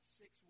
six